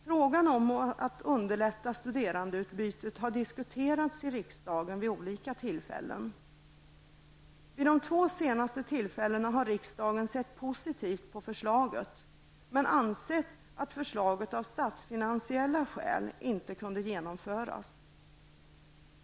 Frågan om att underlätta studerandeutbytet har diskuterats i riksdagen vid olika tillfällen. Vid de två senaste tillfällena har riksdagen sett positivt på förslaget, men ansett att förslaget av statsfinansiella skäl inte kunde genomföras.